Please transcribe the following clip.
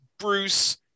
Bruce